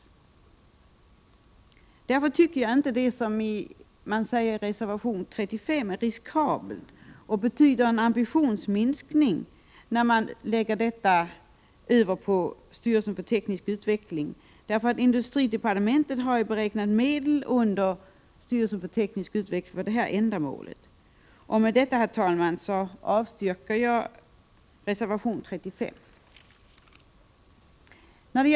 Av denna anledning tycker jag inte att det, som det sägs i reservation 35, är riskabelt och betyder en ambitionsminskning att detta ansvar läggs över på styrelsen för teknisk utveckling. Industridepartementet har beräknat medel för styrelsen för teknisk utveckling till detta ändamål. Med detta, herr talman, avstyrker jag reservation 35.